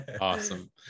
Awesome